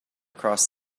across